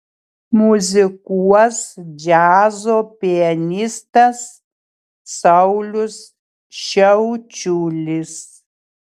muzikuos džiazo pianistas saulius šiaučiulis